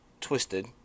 twisted